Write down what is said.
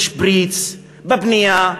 בשפריץ, בבנייה,